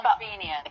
Convenience